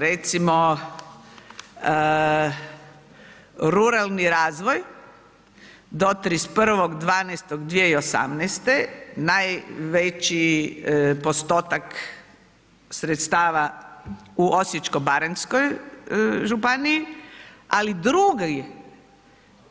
Recimo, ruralni razvoj do 31.12.2018. najveći postotak sredstava u Osječko-baranjskoj županiji, ali drugi